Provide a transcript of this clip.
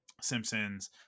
Simpsons